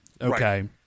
Okay